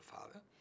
father